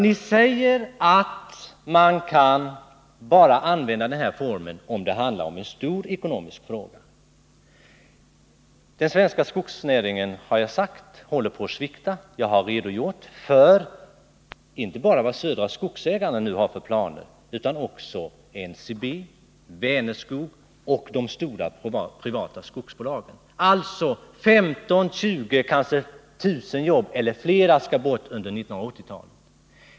Ni säger att man kan använda den formen bara om det handlar om en stor ekonomisk fråga. Men den svenska skogsnäringen håller ju på att svikta. Det har jag sagt, och jag har redogjort inte bara för Södra Skogsägarnas planer utan också för planerna för NCB, Vänerskog och de stora privata skogsbolagen. Kanske 15 000-20 000 jobb eller flera kommer att försvinna under 1980-talet.